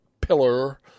pillar